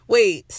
Wait